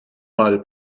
mal